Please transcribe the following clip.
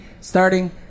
starting